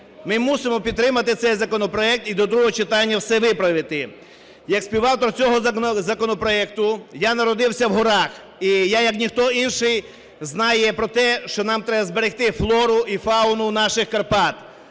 ми мусимо підтримати цей законопроект і до другого читання все виправити. Як співавтор цього законопроекту, я народився в горах, і я як ніхто інший знає про те, що нам треба зберегти флору і фауну наших Карпат.